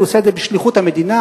הוא עושה את זה בשליחות המדינה.